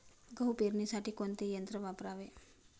गहू पेरणीसाठी कोणते यंत्र वापरावे?